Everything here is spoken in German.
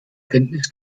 kenntnis